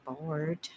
bored